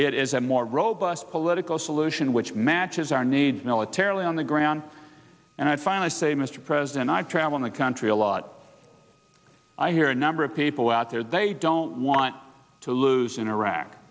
it is a more robust political solution which matches our needs militarily on the ground and i finally say mr president i've traveled the country a lot i hear a number of people out there they don't want to lose in iraq